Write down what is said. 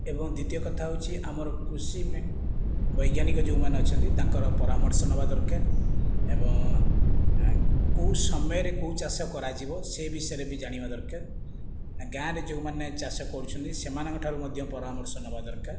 ଏବଂ ଦିତୀୟ କଥା ହେଉଛି ଆମର କୃଷି ବୈଜ୍ଞାନିକ ଯେଉଁମାନେ ଅଛନ୍ତି ତାଙ୍କର ପରାମର୍ଶ ନେବା ଦରକାର ଏବଂ କେଉଁ ସମୟରେ କେଉଁ ଚାଷ କରାଯିବ ସେ ବିଷୟରେ ବି ଜାଣିବା ଦରକାର ଗାଁରେ ଯେଉଁମାନେ ଚାଷ କରୁଛନ୍ତି ସେମାନଙ୍କ ଠାରୁ ମଧ୍ୟ ପରାମର୍ଶ ନେବା ଦରକାର